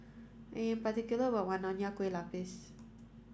I am particular about one Nonya Kueh Lapis